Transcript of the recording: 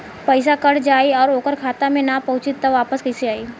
पईसा कट जाई और ओकर खाता मे ना पहुंची त वापस कैसे आई?